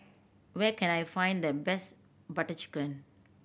where can I find the best Butter Chicken